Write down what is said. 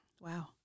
Wow